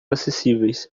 acessíveis